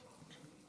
2020,